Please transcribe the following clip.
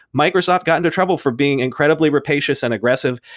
microsoft got into trouble for being incredibly rapacious and aggressive.